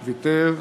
ויתר.